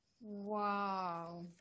Wow